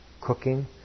cooking